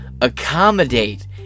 accommodate